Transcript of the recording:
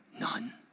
none